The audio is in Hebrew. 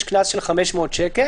יש קנס של 500 שקל.